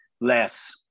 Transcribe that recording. less